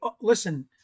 listen